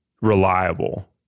reliable